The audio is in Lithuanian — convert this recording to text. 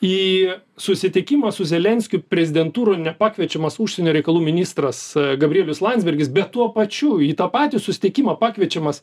į susitikimą su zelenskiu prezidentūroj nepakviečiamas užsienio reikalų ministras gabrielius landsbergis bet tuo pačiu į tą patį susitikimą pakviečiamas